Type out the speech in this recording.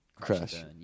Crash